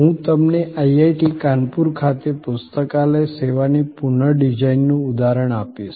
હું તમને IIT કાનપુર ખાતે પુસ્તકાલય સેવાની પુનઃ ડિઝાઇનનું ઉદાહરણ આપીશ